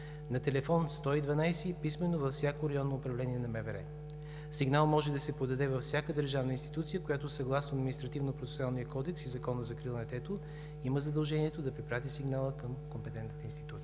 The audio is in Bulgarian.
на телефон 112 и писмено – във всяко районно управление на МВР. Сигнал може да се подаде във всяка държавна институция, която съгласно Административнопроцесуалния кодекс и Закона за закрила на детето има задължението да препрати сигнала към компетентната институция.